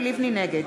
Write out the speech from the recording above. נגד